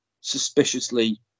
suspiciously